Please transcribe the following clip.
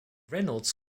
reynolds